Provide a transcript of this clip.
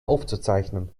aufzuzeichnen